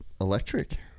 electric